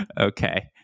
Okay